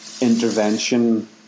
intervention